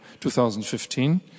2015